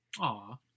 Aw